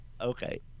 okay